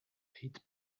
eight